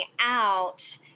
out